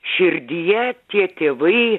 širdyje tie tėvai